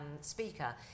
speaker